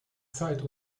zeit